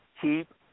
keep